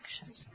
actions